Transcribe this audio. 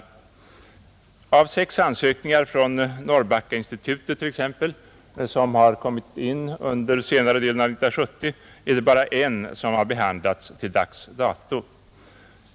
Av sex ansökningar från Norrbackainstitutet, t.ex., som kommit in under senare delen av 1970 är det bara en som har behandlats till dags dato.